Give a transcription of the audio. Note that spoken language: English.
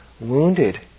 wounded